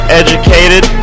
educated